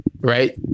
Right